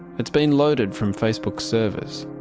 it's been loaded from facebook's servers.